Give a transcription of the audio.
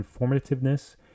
informativeness